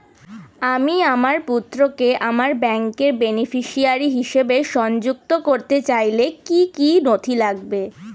আমি আমার পুত্রকে আমার ব্যাংকের বেনিফিসিয়ারি হিসেবে সংযুক্ত করতে চাইলে কি কী নথি লাগবে?